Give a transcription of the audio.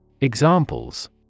Examples